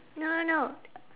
no no